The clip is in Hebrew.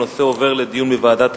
הנושא עובר לדיון בוועדת החינוך.